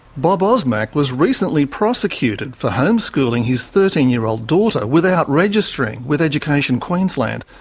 bob osmak was recently prosecuted for homeschooling his thirteen year old daughter without registering with education queensland.